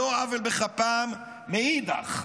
על לא עוול בכפם, מאידך גיסא.